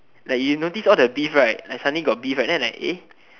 like you notice all the beef right like suddenly got beef right then like eh